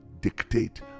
dictate